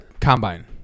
combine